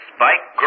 Spike